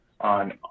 on